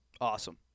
Awesome